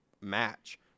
match